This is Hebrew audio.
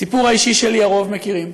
את הסיפור האישי שלי הרוב מכירים,